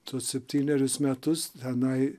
tuos septynerius metus tenai